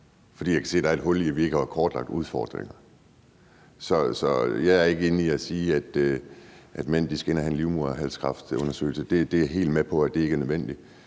fordi jeg kan se, at der er et hul, i forhold til at vi ikke har kortlagt udfordringerne. Så jeg er ikke inde og sige, at mænd skal ind og have en livmoderhalskræftundersøgelse. Det er jeg helt med på ikke er nødvendigt.